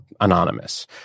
anonymous